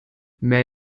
man